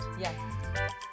Yes